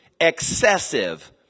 excessive